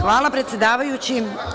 Hvala, predsedavajući.